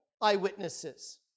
eyewitnesses